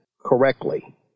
correctly